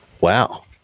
Wow